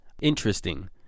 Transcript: Interesting